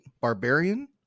Barbarian